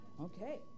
Okay